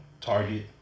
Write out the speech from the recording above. Target